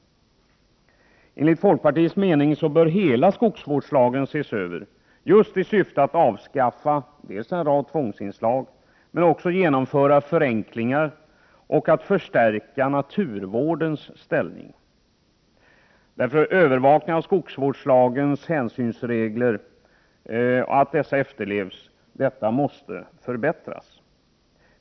Enligt folkpartiets mening bör hela skogsvårdslagen ses över just i syfte att avskaffa en rad tvångsinslag och för att möjliggöra förenklingar och förstärka naturvårdens ställning. Övervakningen av efterlevnaden av skogsvårdslagens hänsynsregler måste förbättras.